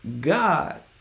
God